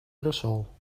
brussel